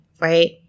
Right